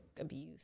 abuse